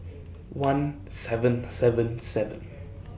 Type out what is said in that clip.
one seven seven seven